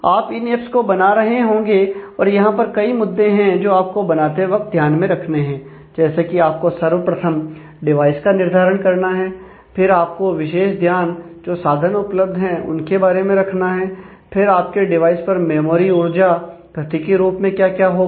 आप इन एप्स को बना रहे होंगे और यहां पर कई मुद्दे हैं जो आपको बनाते वक्त ध्यान में रखने हैं जैसे कि आपको सर्वप्रथम डिवाइस का निर्धारण करना है फिर आपको विशेष ध्यान जो साधन उपलब्ध हैं उनके बारे में रखना है फिर आपके डिवाइस पर मेमोरी ऊर्जा गति के रूप में क्या क्या होगा